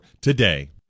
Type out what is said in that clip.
today